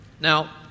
Now